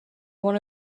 one